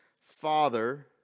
father